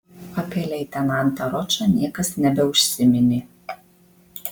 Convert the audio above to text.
apie leitenantą ročą niekas nebeužsiminė